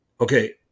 okay